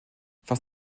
fast